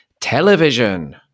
television